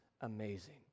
amazing